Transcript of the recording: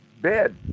bed